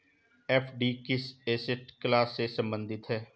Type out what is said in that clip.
FD किस asset class से संबंधित है?